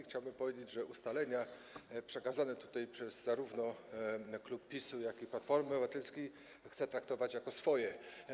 Chciałbym powiedzieć, że ustalenia przekazane tutaj przez klub zarówno PiS-u, jak i Platformy Obywatelskiej chcę traktować jako swoje.